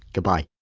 goodbye